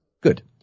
Good